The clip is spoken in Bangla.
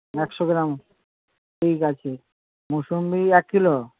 একশো গ্রাম ঠিক আছে মোসম্বি এক কিলো